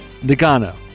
Nagano